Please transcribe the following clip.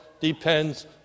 depends